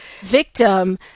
victim